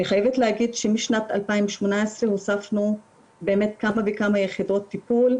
אני חייבת להגיד שמשנת 2018 הוספנו כמה וכמה יחידות טיפול,